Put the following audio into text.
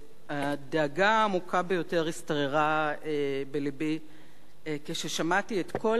הדאגה העמוקה ביותר השתררה בלבי כששמעתי את כל